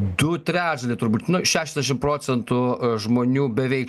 du trečdaliai turbūt nu šešiasdešim procentų žmonių beveik